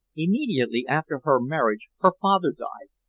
immediately after her marriage her father died,